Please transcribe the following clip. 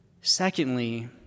Secondly